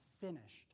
finished